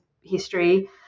history